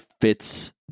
fits